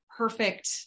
perfect